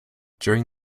during